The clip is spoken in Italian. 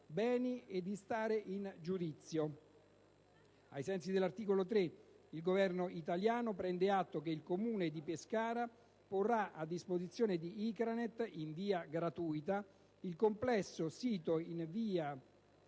beni e di stare in giudizio. Ai sensi dell'articolo 3 il Governo italiano prende atto che il Comune di Pescara porrà a disposizione di ICRANET, in via gratuita, il complesso sito in